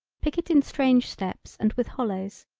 pick it in strange steps and with hollows.